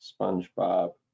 SpongeBob